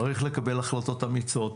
צריך לקבל החלטות אמיצות,